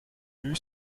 vue